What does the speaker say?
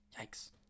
Yikes